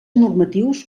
normatius